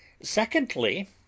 Secondly